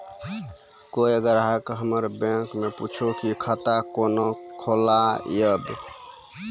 कोय ग्राहक हमर बैक मैं पुछे की खाता कोना खोलायब?